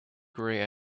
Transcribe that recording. grey